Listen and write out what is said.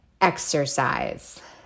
exercise